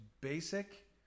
basic